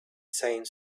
same